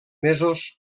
mesos